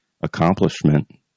accomplishment